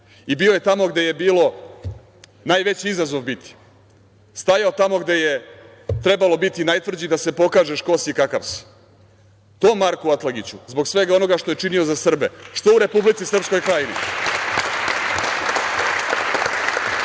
i bio je tamo gde je bilo najveći izazov biti. Stajao tamo gde je trebalo biti najtvrđi da se pokaže ko si i kakav si. To Marku Atlagiću zbog svega onoga što je činio za Srbe što u Republici Srpskoj Krajini…